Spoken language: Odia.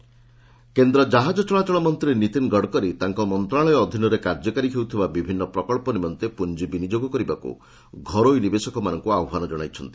ଗଡକରୀ ଇନ୍ଭେଷ୍ଟର୍ସ କେନ୍ଦ୍ର ଜାହାଜ ଚଳାଚଳ ମନ୍ତ୍ରୀ ନୀତିନ ଗଡ଼କରୀ ତାଙ୍କ ମନ୍ତ୍ରଶାଳୟ ଅଧୀନରେ କାର୍ଯ୍ୟକାରୀ ହେଉଥିବା ବିଭିନ୍ନ ପ୍ରକଳ୍ପ ନିମନ୍ତେ ପୁଞ୍ଜି ବିନିଯୋଗ କରିବାକୁ ଘରୋଇ ନିବେଶକମାନଙ୍କୁ ଆହ୍ୱାନ କଣାଇଛନ୍ତି